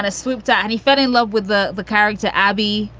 and swoop down. and he fell in love with the the character abby,